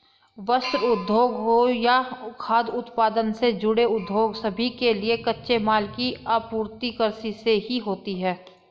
वस्त्र उद्योग हो या खाद्य उत्पादन से जुड़े उद्योग सभी के लिए कच्चे माल की आपूर्ति कृषि से ही होती है